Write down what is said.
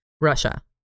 Russia